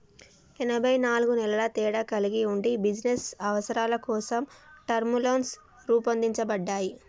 ఎనబై నాలుగు నెలల తేడా కలిగి ఉండి బిజినస్ అవసరాల కోసం టర్మ్ లోన్లు రూపొందించబడ్డాయి